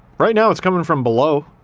right now, it's coming from below.